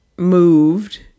moved